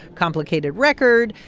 complicated record.